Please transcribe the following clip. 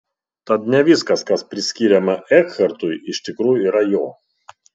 tad ne viskas kas priskiriama ekhartui iš tikrųjų yra jo